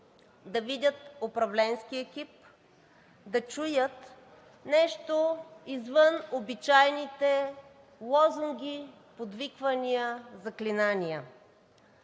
да видят управленския екип, да чуят нещо извън обичайните лозунги, подвиквания, заклинания.